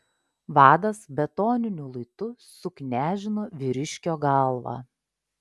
vadas betoniniu luitu suknežino vyriškio galvą